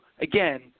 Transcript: again